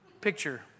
picture